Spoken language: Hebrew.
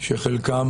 שאת חלקם